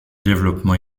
développement